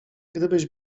gdybyś